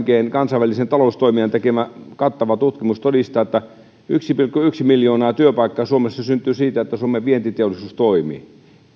kansainvälisen taloustoimijan tekemä kattava tutkimus todistaa että yksi pilkku yksi miljoonaa työpaikkaa suomessa syntyy siitä että suomen vientiteollisuus toimii yksi